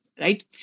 Right